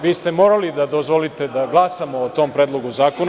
Vi ste morali da dozvolite da glasamo o tom predlogu zakona.